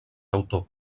autor